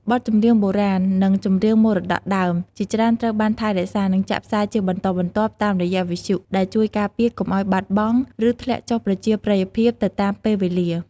បទចម្រៀងបុរាណ និងចម្រៀងមរតកដើមជាច្រើនត្រូវបានថែរក្សា និងចាក់ផ្សាយជាបន្តបន្ទាប់តាមរយៈវិទ្យុ ដែលជួយការពារកុំឲ្យបាត់បង់ ឬធ្លាក់ចុះប្រជាប្រិយភាពទៅតាមពេលវេលា។